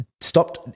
stopped